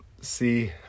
see